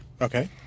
Okay